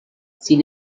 sin